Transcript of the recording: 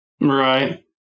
right